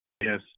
Yes